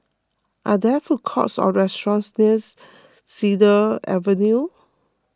Are there food courts or restaurants nears Cedar Avenue